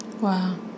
Wow